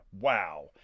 wow